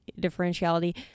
differentiality